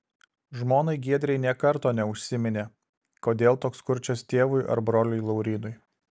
žmonai giedrei nė karto neužsiminė kodėl toks kurčias tėvui ar broliui laurynui